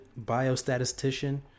biostatistician